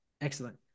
excellent